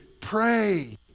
pray